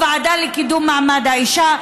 הוועדה לקידום מעמד האישה,